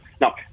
Now